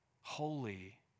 holy